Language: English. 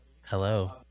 Hello